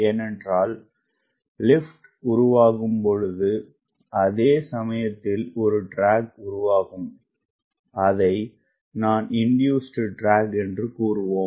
ஏனென்றால்லிப்ட்உருவாகும் பொழுதுஅதே சமயத்தில்ஒருdragஉருவாகும் அதை நான் induced dragஎன்றுகூறுவோம்